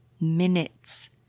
minutes